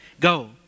Go